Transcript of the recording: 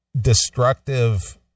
destructive